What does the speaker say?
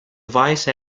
vice